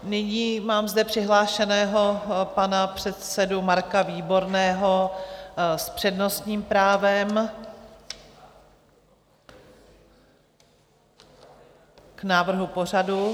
Nyní mám zde přihlášeného pana předsedu Marka Výborného s přednostním právem k návrhu pořadu.